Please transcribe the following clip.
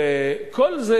וכל זה,